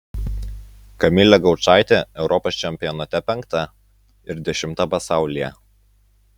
kamilė gaučaitė europos čempionate penkta ir dešimta pasaulyje